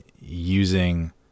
using